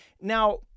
Now